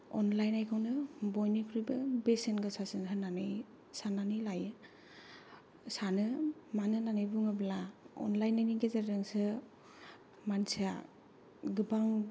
अनलायनायखौनो बयनिख्रुइबो बेसेन गोसासिन होन्नानै सान्नानै लायो सानो मानो होन्नानै बुङोब्ला अनलायनायनि गेजेरजोंसो मानसिया गोबां